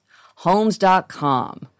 Homes.com